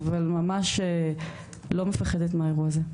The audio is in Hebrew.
אבל ממש לא מפחדת מהאירוע הזה.